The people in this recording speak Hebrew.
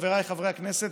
חבריי חברי הכנסת,